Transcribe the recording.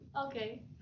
okay